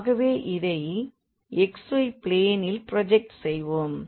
ஆகவே இதை xy பிளேனில் ப்ரோஜெக்ட் செய்வோம்